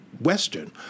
Western